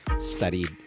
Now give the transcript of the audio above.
studied